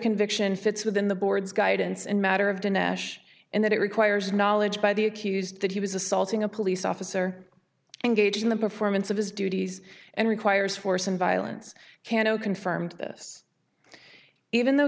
conviction fits within the board's guidance in matter of dinesh and that it requires knowledge by the accused that he was assaulting a police officer engaged in the performance of his duties and requires force and violence can no confirmed this even though